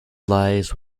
lies